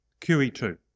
QE2